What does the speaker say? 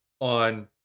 on